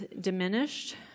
diminished